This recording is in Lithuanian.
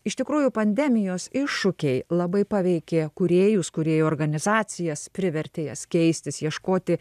iš tikrųjų pandemijos iššūkiai labai paveikė kūrėjus kūrėjų organizacijas privertė jas keistis ieškoti